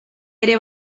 ere